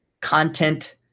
content